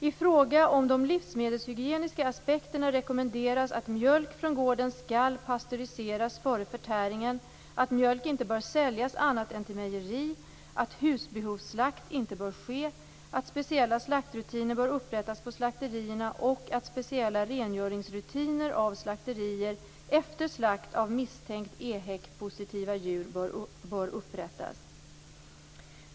I fråga om de livsmedelshygieniska aspekterna rekommenderas att mjölk från gården skall pastöriseras före förtäringen, att mjölken inte bör säljas annat än till mejeri, att husbehovsslakt inte bör ske, att speciella slaktrutiner bör upprättas på slakterierna och att speciella rengöringsrutiner av slakterier efter slakt av misstänkt EHEC-positiva djur bör upprättas.